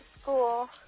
school